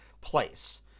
place